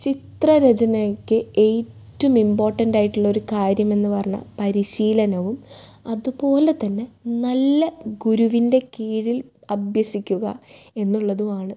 ചിത്രരചനയ്ക്ക് ഏറ്റും ഇമ്പോട്ടൻടായിട്ടുള്ള കാര്യം എന്ന് പറഞ്ഞാൽ പരിശീലനവും അതുപോലെ തന്നെ നല്ല ഗുരുവിൻ്റെ കീഴിൽ അഭ്യസിക്കുക എന്നുള്ളതുവാണ്